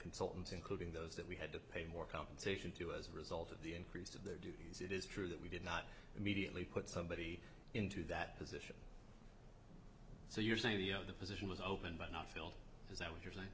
consultants including those that we had to pay more compensation to as a result of the increase of duties it is true that we did not immediately put somebody into that position so you're saying you know the position was open but not filled is that what you're saying